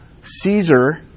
Caesar